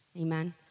Amen